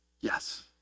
Yes